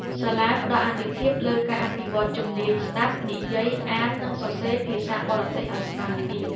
សាលាផ្តល់អាទិភាពលើការអភិវឌ្ឍជំនាញស្តាប់ និយាយ អាន និងសរសេរភាសាបរទេសឱ្យស្មើគ្នា។